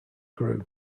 grew